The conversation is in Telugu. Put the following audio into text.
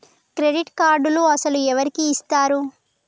క్రెడిట్ కార్డులు అసలు ఎవరికి ఇస్తారు?